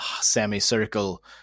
semicircle